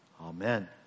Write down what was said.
amen